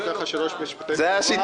והוא נותן לך שלושה משפטי --- זו השיטה,